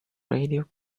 radio